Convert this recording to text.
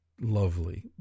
Lovely